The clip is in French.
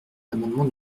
l’amendement